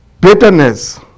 bitterness